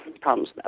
problems